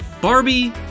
Barbie